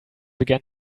began